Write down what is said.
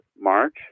March